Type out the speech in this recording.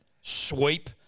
Sweep